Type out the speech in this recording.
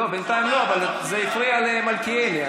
בינתיים לא, אבל זה הפריע למלכיאלי.